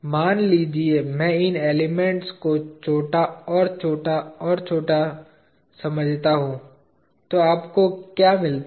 मान लीजिए मैं इन एलिमेंट्स को छोटा और छोटा और छोटा समझता हूं तो आपको क्या मिलता है